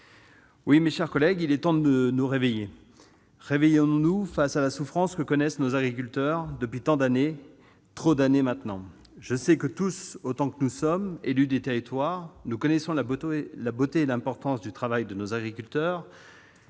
Oui, mes chers collègues, il est temps de nous réveiller ! Réveillons-nous face à la souffrance que connaissent nos agriculteurs depuis tant d'années, depuis trop d'années maintenant. Je sais que, tous autant que nous sommes, élus des territoires, nous connaissons la beauté et l'importance du travail de nos agriculteurs,